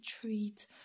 treat